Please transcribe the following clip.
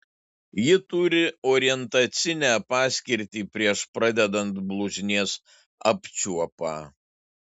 ji turi orientacinę paskirtį prieš pradedant blužnies apčiuopą